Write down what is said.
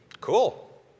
Cool